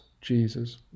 Jesus